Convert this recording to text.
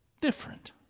different